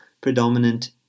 predominant